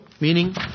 meaning